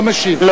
(קוראת בשמות חברי הכנסת) ראובן ריבלין,